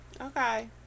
Okay